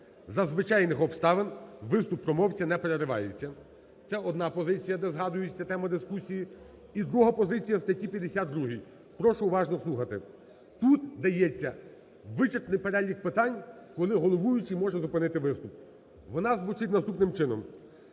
За звичайних обставин виступ промовця не переривається. Це одна позиція, де згадується тема дискусії. І друга позиція – в статті 52, прошу уважно слухати. Тут дається вичерпний перелік питань, коли головуючий може зупинити виступ. Вона звучить наступним чином: